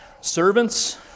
Servants